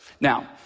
Now